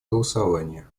голосования